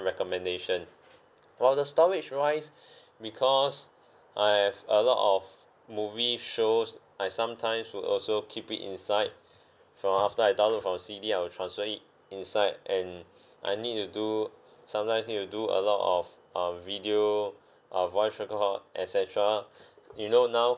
recommendation while the storage wise because I have a lot of movie shows I sometimes would also keep it inside from after I download from a C_D I would transfer it inside and I need to do sometimes need to do a lot of of video of voice record et cetera you know now